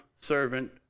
servant